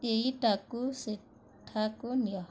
ଏଇଟାକୁ ସେଠାକୁ ନିଅ